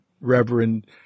Reverend